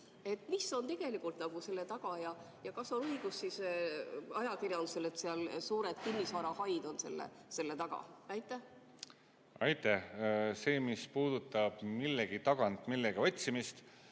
Mis on tegelikult selle taga? Kas on siis õigus ajakirjandusel, et suured kinnisvarahaid on selle taga? Aitäh! See, mis puudutab millegi tagant millegi otsimist,